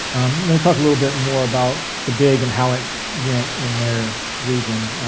i'm going to talk a little bit more about the big and how it went in their region,